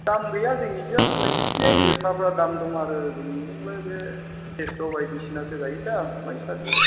दाम गैया जोंनिजों नोंसिनि जोसाफ्रा दाम दं आरो जोंनिजोंलाय बे केस्र बायदिसिनासो गायो दा माइसालि